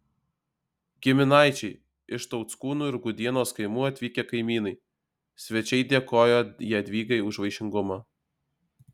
giminaičiai iš tauckūnų ir gudienos kaimų atvykę kaimynai svečiai dėkojo jadvygai už vaišingumą